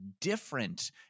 different